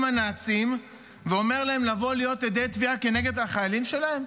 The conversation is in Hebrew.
הנאצים ואומר להם לבוא להיות עדי תביעה נגד החיילים שלהם?